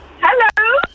Hello